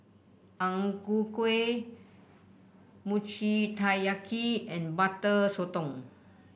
Ang Ku Kueh Mochi Taiyaki and Butter Sotong